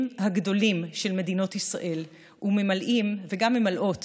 הגדולים של מדינת ישראל וממלאים וגם ממלאות